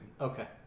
Okay